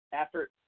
Effort